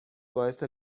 باعث